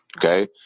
Okay